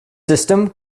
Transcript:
system